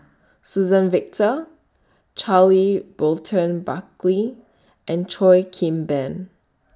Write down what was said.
Suzann Victor Charles Burton Buckley and Cheo Kim Ban